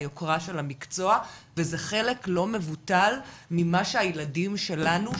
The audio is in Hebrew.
היוקרה של המקצוע וזה חלק לא מבוטל ממה שהילדים שלנו,